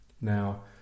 Now